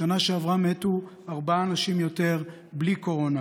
בשנה שעברה מתו ארבעה אנשים יותר, בלי קורונה.